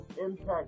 impact